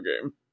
game